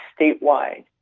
statewide